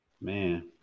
Man